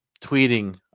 tweeting